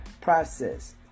process